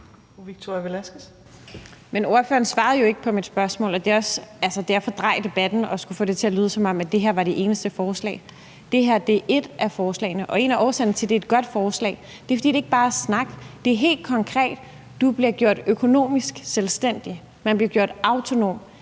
ordføreren svarede jo ikke på mit spørgsmål, og det er at fordreje debatten at få det til at lyde, som om det her var det eneste forslag. Det her er et af forslagene, og en af årsagerne til, at det er et godt forslag, er, at det ikke bare er snak; det er helt konkret: Man bliver gjort økonomisk selvstændig, man bliver gjort autonom,